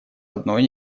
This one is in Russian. одной